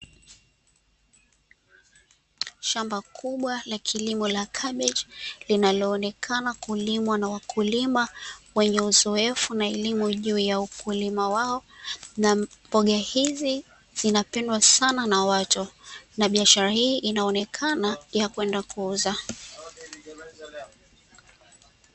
Shamba kubwa la kilimo cha kabichi, linaloonekana kulimwa na wakulima wenye uzoefu na elimu juu ya ukulima wao, na mboga hizi zinapendwa sana na watu, na biashara hii inaonekana ya kwenda kuuza.